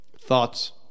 thoughts